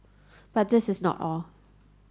but this is not all